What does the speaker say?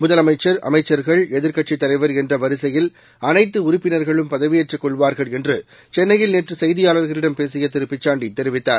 முதலமச்சர் அமைச்சர்கள் எதிர்க்கட்சித் தலைவர் என்றவரிசையில் அனைத்துடறுப்பினர்களும் பதவியேற்றுக்கொள்வார்கள் என்றசென்னையில் நேற்றுசெய்தியாளர்களிடம் பேசியதிருபிச்சாண்டிதெரிவித்தார்